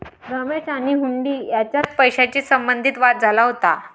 रमेश आणि हुंडी यांच्यात पैशाशी संबंधित वाद झाला होता